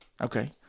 Okay